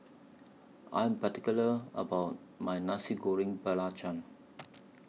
I Am particular about My Nasi Goreng Belacan